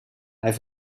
hij